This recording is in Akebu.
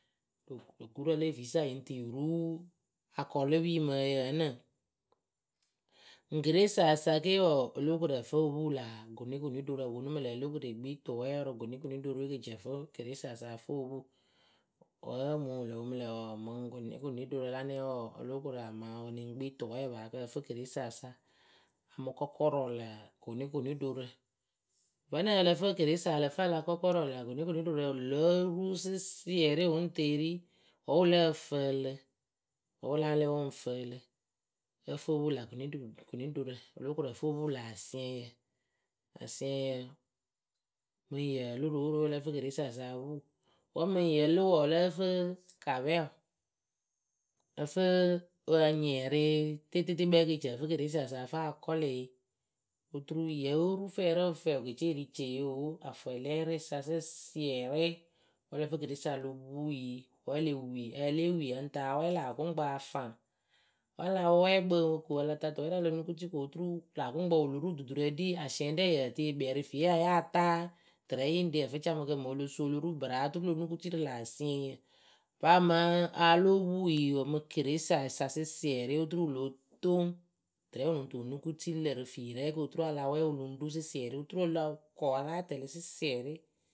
Gurǝ le efiisa yɨŋ tɨ yɨ ru akɔlɩpii mɨ ǝ yǝ ǝnǝ ŋwɨ keresayǝ sa ke wǝǝ o lóo koru ǝ fɨ o puu lä gʊnʊkʊnɩ ɖorǝ wɨ ponu mɨ lǝ̈ o lo koru ekpii tʊwɛɛwǝ rɨ gʊnɩkʊnɩrorǝ we kɨ eci keresayǝ sa ǝ fɨ o puu vǝ́ nɨŋ ǝ lǝ fɨ keresayǝ ǝ lǝ fɨ a la kɔkɔrʊ lä gʊnɩkʊnɩrorǝ wɨ lóo ru sɩsiɛrɩ wɨ ŋ teeri wɨ lǝ́ǝ fǝǝlɨ wǝ́ wɨ láa lɛ wɨ ŋ fǝǝlɨ ǝ fɨ o puu lä gʊnɩkʊnɩɖorǝ o lóo koru ǝ fɨ o puu lä asiɛŋyǝ asiɛŋyǝ mɨŋ yǝǝ lɨ rooroo ǝ lǝ́ǝ keresa sa o puu wǝ́ mɨŋ yǝ lɨ wǝǝ ǝ lǝ́ǝ fɨ kapɛwǝ ǝ fɨ a nyɩɩrɩ yɨ tɩtɩtɩ kpɛŋ kɨ e ci ǝfǝ keresa sa ǝ fɨ a kɔlɩ yɨ oturu yóo ru fɛɛ rɨŋ fɛɛ wɨ ke ce wɨ ri tieyǝ oo afwɛlɛɛrɩyǝ sa sɩsiɛrɩ wǝ́ ǝ lǝ fɨ keresa o lo puu yɨ wǝ́ e le wii a ya lée wii ǝ lɨŋ tɨ awɛ lá wɨkuŋkpǝ afaŋ wǝ́ a la wɛɛ kpɨ ko a la ta tʊwɛɛ rɛ o lo nukuti ko oturu lä wɨkʊŋkpǝ wɨ lo ru duturǝ ɖi asiɛŋyǝ rɛ yǝǝ tɨ yǝ kpɛɛ rɨ fiiwe ya yáa taa tɨrɛ yɨ ŋ re ǝfɨcamɨkǝ mɨ o lo suu o lo ru bɨraa oturu lo nukuti rɨ lä asiɛŋyǝ paa mɨŋ a lóo puu yɨ mɨ keresa sa sɩsiɛrɩ oturu wɨ lo toŋ tɨrɛ wɨ lɨŋ tɨ wɨ nukuti lǝ̈ rɨ fii rɛ kɨ oturu a la wɛɛ wɨ lɨŋ ru sɩsiɛrɩ oturu a la kɔ a láa tɛlɩ sɩsiɛrɩ.